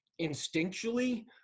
instinctually